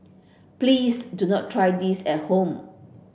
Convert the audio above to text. please do not try this at home